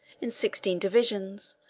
in sixteen divisions,